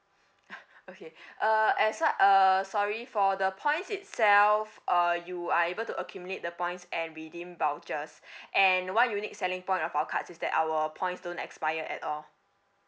okay uh as we~ uh sorry for the points itself uh you are able to accumulate the points and redeem vouchers and one unique selling point of our cards is that our points don't expire at all